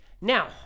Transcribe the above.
Now